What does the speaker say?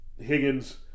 Higgins